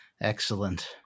Excellent